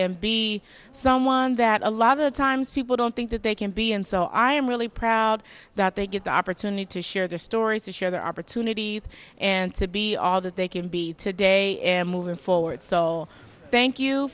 in be someone that a lot of times people don't think that they can be and so i am really proud that they get the opportunity to share their stories to share their opportunities and to be all that they can be today and moving forward still thank you